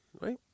right